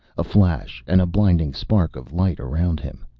a flash, and a blinding spark of light around him.